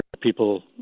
people